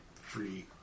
free